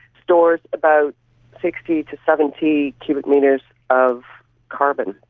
stores about sixty to seventy cubic metres of carbon.